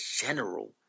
general